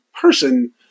person